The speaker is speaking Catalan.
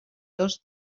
dos